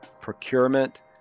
Procurement